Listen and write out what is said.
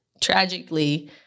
tragically